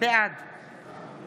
בעד